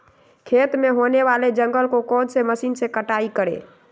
खेत में होने वाले जंगल को कौन से मशीन से कटाई करें?